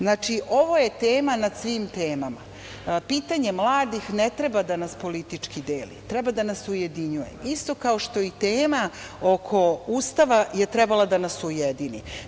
Znači, ovo je tema nad svim temama, pitanje mladih ne treba da nas politički deli, treba da nas ujedinjuje, isto kao što i tema oko Ustava je trebala da nas ujedini.